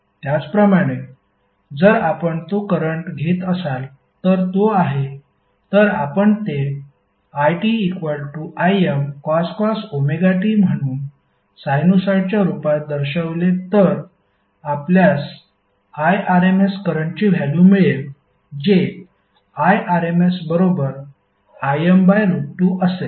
त्याचप्रमाणे जर आपण तो करंट घेत असाल तर तो आहे तर आपण ते itImcos ωt म्हणून साइनुसॉईडच्या रूपात दर्शवले तर आपल्यास Irms करंटची व्हॅल्यु मिळेल जे Irms बरोबर Im2 असेल